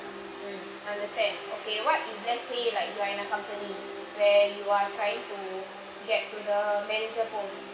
mm understand okay what if let's say like you are in a company where you are trying to get to the manager post